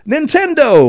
Nintendo